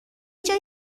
جای